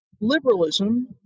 Liberalism